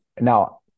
now